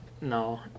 no